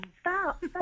stop